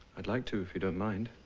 i'd like to if you don't mind.